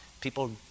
people